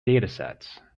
datasets